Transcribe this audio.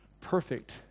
perfect